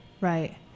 Right